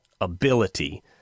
ability